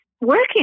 working